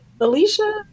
Alicia